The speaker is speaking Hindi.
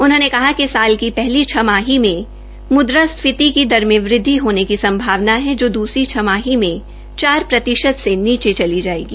उन्होंने कहा कि पहली छमाही में मुद्रास्फीति की दर में वृद्वि होने का संभावना है जो दूसरी छमाही मे चार प्रतिशत से नीचे चली जायेगी